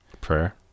Prayer